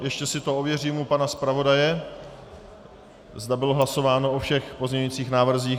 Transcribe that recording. Ještě si to ověřím u pana zpravodaje, zda bylo hlasováno o všech pozměňovacích návrzích.